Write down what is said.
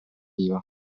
viva